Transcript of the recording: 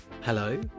Hello